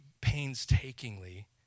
painstakingly